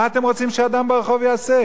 ולכן האחריות יוצאת מפה.